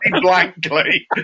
blankly